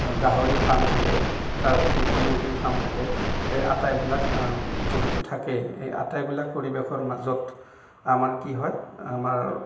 গাহৰি ফাৰ্ম থাকে তাৰ উপৰি মুৰ্গীৰ ফাৰ্ম থাকে এই আটাইবিলাক যিহেতু থাকেই এই আটাইবিলাক পৰিৱেশৰ মাজত আমাৰ কি হয় আমাৰ